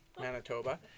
Manitoba